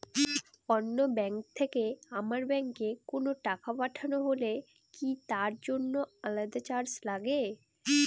অন্য ব্যাংক থেকে আমার ব্যাংকে কোনো টাকা পাঠানো হলে কি তার জন্য আলাদা চার্জ লাগে?